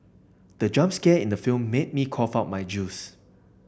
the jump scare in the film made me cough out my juice